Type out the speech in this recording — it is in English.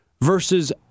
versus